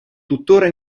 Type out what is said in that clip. tuttora